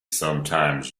sometimes